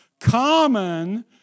common